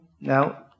now